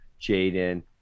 Jaden